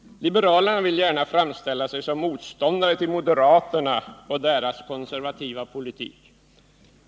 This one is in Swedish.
Liberalerna vill gärna framställa sig som motståndare till moderaterna och deras konservativa politik.